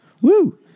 Woo